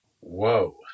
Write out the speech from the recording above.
Whoa